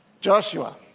Joshua